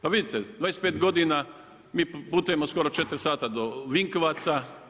Pa vidite 25 godina, mi putujemo skoro 4 sata do Vinkovaca.